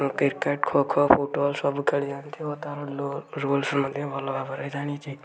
ମୁଁ cricket kho kho football ସବୁ ଖେଳି ଜାଣିଛି ଓ ତାର ରୁଲସ୍ ମଧ୍ୟ ଭଲ ଭାବରେ ଜାଣିଛି